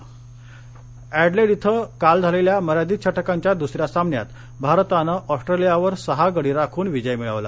cricket Adelaide इथं काल झालेल्या मर्यादित षटकांच्या दूसऱ्या सामन्यात भारतानं ऑस्ट्रेलियावर सहा गडी राखून विजय मिळवला